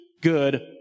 good